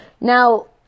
Now